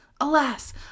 Alas